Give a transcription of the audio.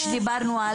שעליו דיברנו,